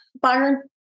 Byron